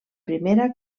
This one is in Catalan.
primera